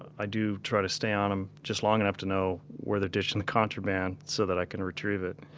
i do try to stay on em just long enough to know where they're ditching the contraband so that i can retrieve it.